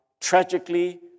tragically